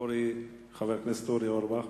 חבר הכנסת אורי אורבך.